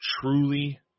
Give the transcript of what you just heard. truly